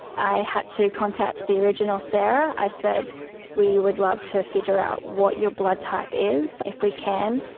i had to contact the original sarah. i said we would love to figure out what your blood type is if we can.